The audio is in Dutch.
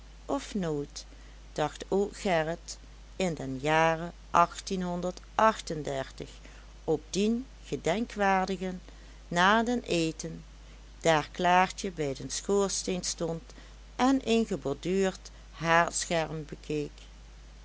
of nooit dacht ook gerrit in den jare acht-en-dertig op dien gedenkwaardigen na den eten daar klaartje bij den schoorsteen stond en een geborduurd haardscherm bekeek